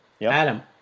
Adam